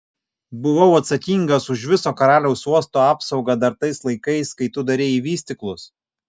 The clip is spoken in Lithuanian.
buvau atsakingas už viso karaliaus uosto apsaugą dar tais laikais kai tu darei į vystyklus